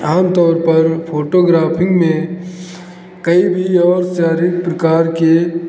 आम तौर पर फोटोग्राफी में कई भी और सारिक प्रकार के